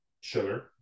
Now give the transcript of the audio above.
sugar